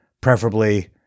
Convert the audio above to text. preferably